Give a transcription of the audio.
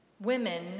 women